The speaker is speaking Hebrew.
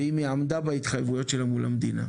ואם היא עמדה בהתחייבויות שלה מול המדינה.